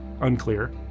unclear